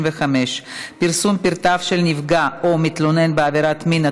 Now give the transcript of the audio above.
135) (פרסום פרטיו של נפגע או מתלונן בעבירת מין),